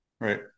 Right